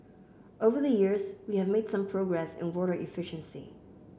over the years we have made some progress in water efficiency